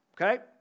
Okay